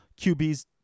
qb's